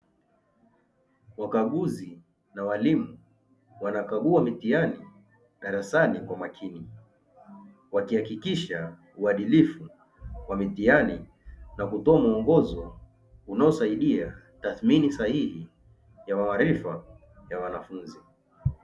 Wakaguzi na walimu wanakagua mitihani darasani kwa makini, wakihakikisha uadilifu wa mitihani na kutoa muongozo unaosaidia tasmini sahihi ya maarifa ya wanafunzi.